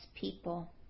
people